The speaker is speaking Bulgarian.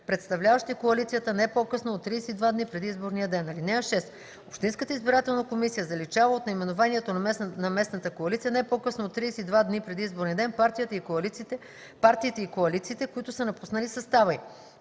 представляващи коалицията, не по-късно от 32 дни преди изборния ден. (6) Общинската избирателна комисия заличава от наименованието на местната коалиция не по-късно от 32 дни преди изборния ден партиите и коалициите, които са напуснали състава